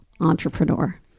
entrepreneur